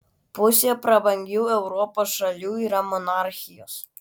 pusė prabangių europos šalių yra monarchijos